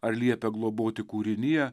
ar liepia globoti kūriniją